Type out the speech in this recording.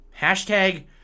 hashtag